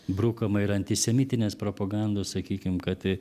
brukama ir antisemitinės propagandos sakykim kad